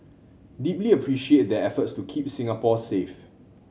deeply appreciate their efforts to keep Singapore safe